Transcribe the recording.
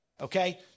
Okay